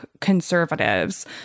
conservatives